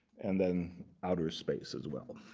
and then outer space as well.